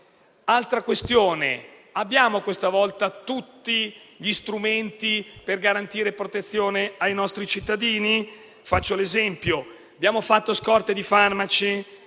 Altra questione. Abbiamo questa volta tutti gli strumenti per garantire protezione ai nostri cittadini? Faccio un esempio: abbiamo fatto scorte di farmaci,